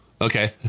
Okay